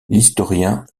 l’historien